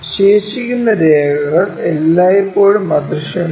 ശേഷിക്കുന്ന രേഖകൾ എല്ലായ്പ്പോഴും അദൃശ്യമാണ്